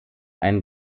ein